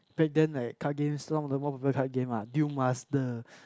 back then like card games long the more popular card game ah Duel Master